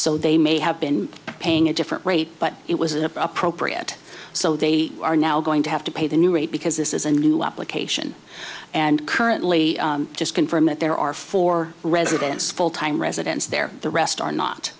so they may have been paying a different rate but it was appropriate so they are now going to have to pay the new rate because this is a new application and currently just confirm that there are four residents full time residents there the rest are not